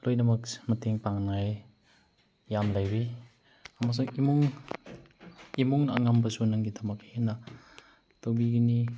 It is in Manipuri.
ꯂꯣꯏꯅꯃꯛ ꯃꯇꯦꯡ ꯄꯥꯡꯅꯉꯥꯏ ꯌꯥꯝ ꯂꯩꯔꯤ ꯑꯃꯁꯨꯡ ꯏꯃꯨꯡ ꯏꯃꯨꯡ ꯑꯉꯝꯕꯁꯨ ꯅꯪꯒꯤꯗꯃꯛ ꯍꯦꯟꯅ ꯇꯧꯕꯤꯒꯅꯤ